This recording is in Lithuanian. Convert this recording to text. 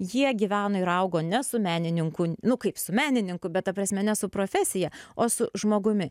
jie gyveno ir augo ne su menininku nu kaip su menininku bet ta prasme ne su profesija o su žmogumi